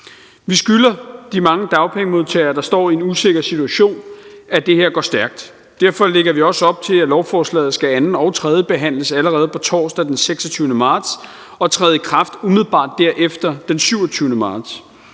Vi skylder de mange dagpengemodtagere, der står i en usikker situation, at det her går stærkt. Derfor lægger vi også op til, at lovforslaget skal anden- og tredjebehandles allerede på torsdag, den 26. marts, og træde i kraft umiddelbart derefter, den 27. marts.